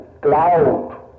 cloud